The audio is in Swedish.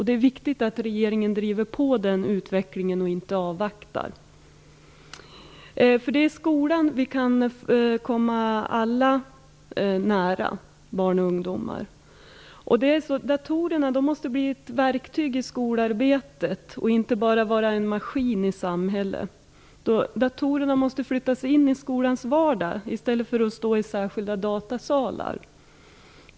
Det är viktigt att regeringen driver på den utvecklingen och inte avvaktar. Det är i skolan som vi kan komma alla barn och ungdomar nära. Datorerna måste bli ett verktyg i skolarbetet och inte bara ses som maskiner ute i samhället. Datorerna måste flyttas in i skolans vardag i stället för att stå i särskilda datasalar.